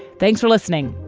thanks for listening.